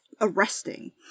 arresting